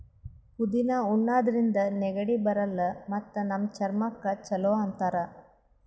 ಪುದಿನಾ ಉಣಾದ್ರಿನ್ದ ನೆಗಡಿ ಬರಲ್ಲ್ ಮತ್ತ್ ನಮ್ ಚರ್ಮಕ್ಕ್ ಛಲೋ ಅಂತಾರ್